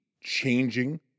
changing